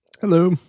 Hello